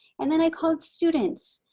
and then i called students.